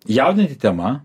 jaudinanti tema